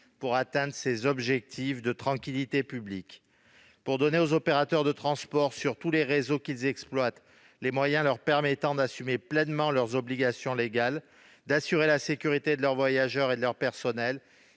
pour atteindre les objectifs de tranquillité publique. Pour donner aux opérateurs de transport, sur tous les réseaux qu'ils exploitent, les moyens d'assumer pleinement leurs obligations légales et d'assurer la sécurité de leurs voyageurs et de leur personnel,